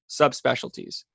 subspecialties